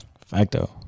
Facto